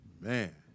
Man